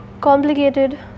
Complicated